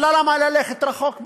אבל למה ללכת רחוק?